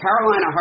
Carolina